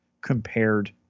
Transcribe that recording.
compared